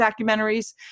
documentaries